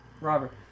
Robert